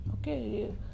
Okay